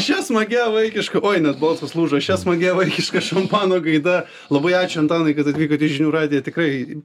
šia smagia vaikiška oi net balsas lūžo šia smagia vaikiška šampano gaida labai ačiū antanai kad atvykote į žinių radiją tikrai